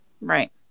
Right